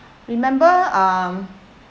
remember um